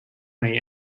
may